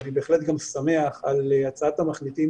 ואני בהחלט גם שמח על הצעת המחליטים